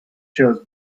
shows